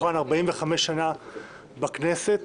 מתוכן 45 שנה בכנסת.